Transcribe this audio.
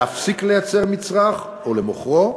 להפסיק לייצר מצרך או למוכרו,